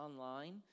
online